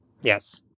Yes